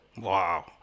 Wow